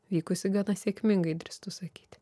vykusi gana sėkmingai drįstu sakyti